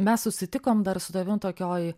mes susitikom dar su tavim tokioj